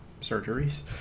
surgeries